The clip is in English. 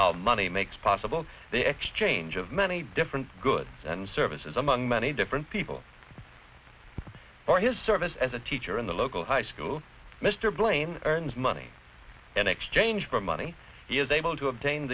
how money makes possible the exchange of many different goods and services among many different people for his service as a teacher in the local high school mr blaine earns money in exchange for money he is able to obtain